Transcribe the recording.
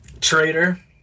traitor